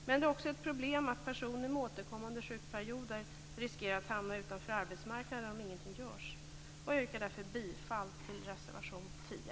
Men det är också ett problem att personer med återkommande sjukperioder riskerar att hamna utanför arbetsmarknaden om ingenting görs. Jag yrkar därför bifall till reservation 10.